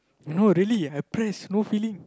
no really I press no feeling